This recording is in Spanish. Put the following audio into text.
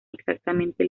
exactamente